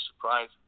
surprise